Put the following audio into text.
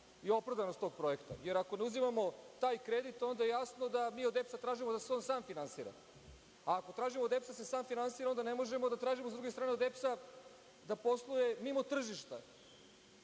i opravdanost tog projekta, jer ako ne uzimamo taj kredit, onda je jasno da mi od EPS-a tražimo da se on sam finansira. Ako tražimo od EPS-a da se on sam finansira, onda ne možemo da tražimo, sa druge strane, od EPS-a da posluje mimo tržišta.